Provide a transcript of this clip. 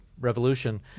revolution